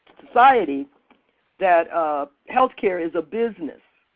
society that healthcare is a business.